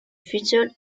featured